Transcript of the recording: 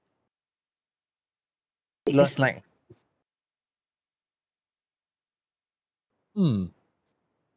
sleepless night mm